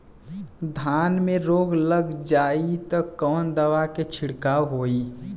धान में रोग लग जाईत कवन दवा क छिड़काव होई?